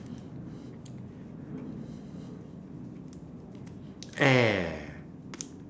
air